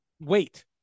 Wait